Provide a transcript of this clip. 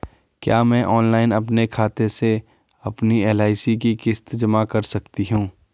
क्या मैं ऑनलाइन अपने खाते से अपनी एल.आई.सी की किश्त जमा कर सकती हूँ?